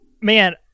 man-